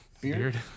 Beard